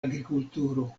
agrikulturo